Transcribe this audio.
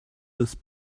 with